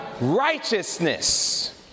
righteousness